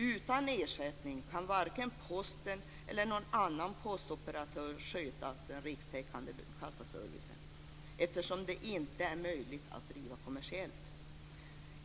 Utan ersättning kan varken Posten eller någon annan postoperatör sköta den rikstäckande kassaservicen eftersom den inte är möjlig att driva kommersiellt.